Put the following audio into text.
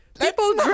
People